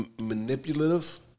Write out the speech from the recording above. manipulative